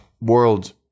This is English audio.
world